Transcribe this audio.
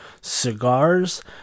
cigars